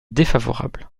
défavorable